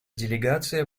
делегация